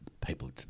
people